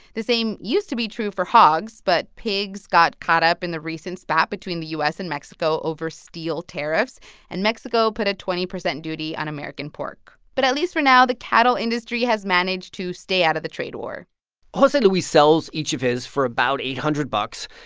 the same used to be true for hogs, but pigs got caught up in the recent spat between the u s. and mexico over steel tariffs, and mexico put a twenty percent duty on american pork. but at least for now, the cattle industry has managed to stay out of the trade war jose luis sells each of his for about eight hundred bucks,